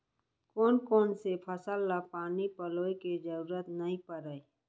कोन कोन से फसल ला पानी पलोय के जरूरत नई परय?